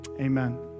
amen